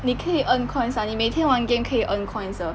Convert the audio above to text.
你可以 earn coins ah 你每天玩 game 可以 earn coins